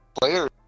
players